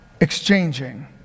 exchanging